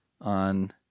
on